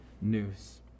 news